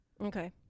Okay